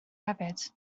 hefyd